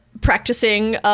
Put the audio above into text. practicing